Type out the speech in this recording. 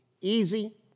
easy